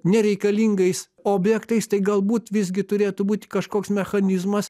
nereikalingais objektais tai galbūt visgi turėtų būti kažkoks mechanizmas